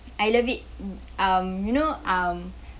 I love it um you know um